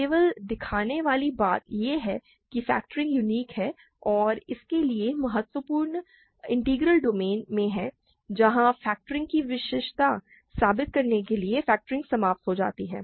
केवल दिखाने वाली बात यह है कि फैक्टरिंग यूनिक है और इसके लिए महत्वपूर्ण अवलोकन एक इंटीग्रल डोमेन में है जहां फैक्टरिंग की विशिष्टता साबित करने के लिए फैक्टरिंग समाप्त हो जाती है